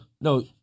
No